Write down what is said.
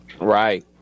Right